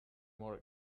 more